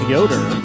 Yoder